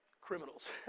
criminals